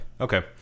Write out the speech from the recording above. Okay